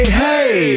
hey